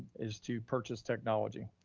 is to purchase technology.